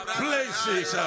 places